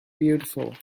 beautiful